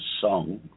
song